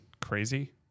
crazy